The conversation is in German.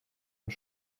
und